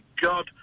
God